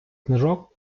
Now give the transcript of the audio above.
книжок